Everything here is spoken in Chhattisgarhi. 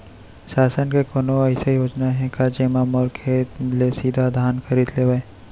शासन के कोनो अइसे योजना हे का, जेमा मोर खेत ले सीधा धान खरीद लेवय?